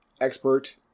Expert